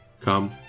Come